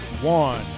One